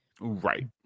Right